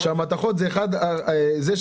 בסדר,